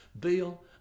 Bill